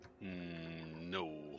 No